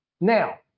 Now